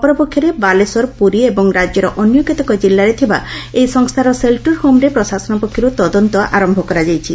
ଅପରପକ୍ଷରେ ବାଲେଶ୍ୱର ପୁରୀ ଏବଂ ରାଜ୍ୟର ଅନ୍ୟ କେତେକ ଜିଲ୍ଲାରେ ଥିବା ଏହି ସଂସ୍ଚାର ସେଲ୍ଟର୍ ହୋମ୍ରେ ପ୍ରଶାସନ ପକ୍ଷରୁ ତଦନ୍ତ ଆର କରାଯାଇଛି